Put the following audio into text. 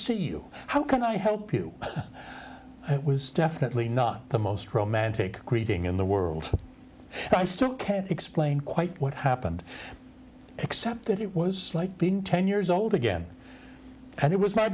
see you how can i help you it was definitely not the most romantic greeting in the world and i still can't explain quite what happened except that it was like being ten years old again and it was my